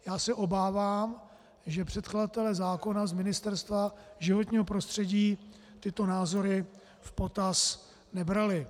Já se obávám, že předkladatelé zákona z Ministerstva životního prostředí tyto názory v potaz nebrali.